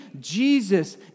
Jesus